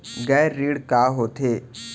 गैर ऋण का होथे?